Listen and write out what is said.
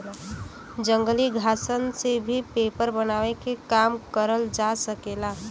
जंगली घासन से भी पेपर बनावे के काम करल जा सकेला